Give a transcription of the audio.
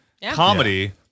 comedy